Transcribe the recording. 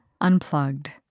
Unplugged